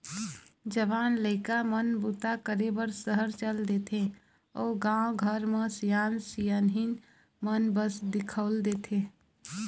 जवान लइका मन बूता करे बर सहर चल देथे अउ गाँव घर म सियान सियनहिन मन बस दिखउल देथे